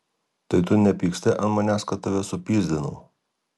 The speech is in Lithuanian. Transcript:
tai tu nepyksti ant manęs kad tave supyzdinau